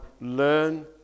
learn